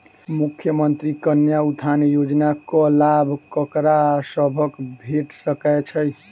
मुख्यमंत्री कन्या उत्थान योजना कऽ लाभ ककरा सभक भेट सकय छई?